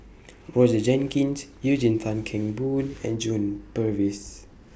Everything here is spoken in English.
Roger Jenkins Eugene Tan Kheng Boon and John Purvis